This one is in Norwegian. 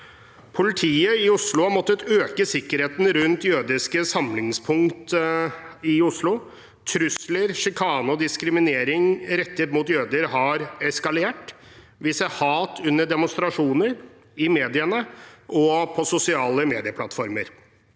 Politiet i Oslo har måttet øke sikkerheten rundt jødiske samlingspunkt i Oslo. Trusler, sjikane og diskriminering rettet mot jøder har eskalert. Vi ser hat under demonstrasjoner, i mediene og på sosiale medieplattformer.